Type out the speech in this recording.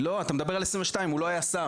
לא, אתה מדבר על 2022, הוא לא היה שר.